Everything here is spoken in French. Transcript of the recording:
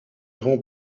grand